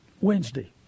Wednesday